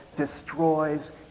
destroys